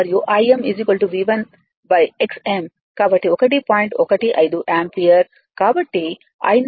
15యాంపియర్ కాబట్టి I0 √2 2